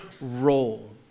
role